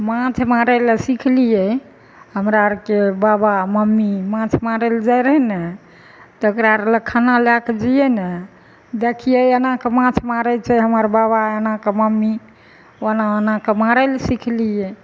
माँछ मारै लए सिखलियै हमरा आरके बाबा मम्मी माँछ मारै लए जाइ रहै ने तकरा आर लए खाना लए कऽ जैयै ने देखियै एना कऽ माँछ मारै छै हमर बाबा एना कऽ मम्मी ओना ओना कऽ मारै लए सिखलियै